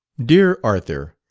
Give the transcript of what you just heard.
dear arthur,